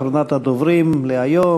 אחרונת הדוברים להיום,